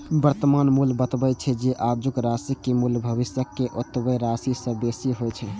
वर्तमान मूल्य बतबै छै, जे आजुक राशिक मूल्य भविष्यक ओतबे राशि सं बेसी होइ छै